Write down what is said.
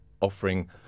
offering